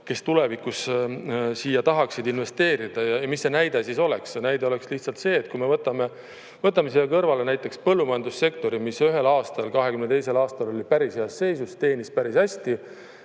kes tulevikus siia tahaksid investeerida. Ja mis see näide oleks? See näide oleks lihtsalt see, et kui me võtame siia kõrvale näiteks põllumajandussektori, mis ühel aastal, 22. aastal oli päris heas seisus, teenis päris hästi,